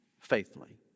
faithfully